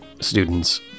students